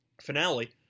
finale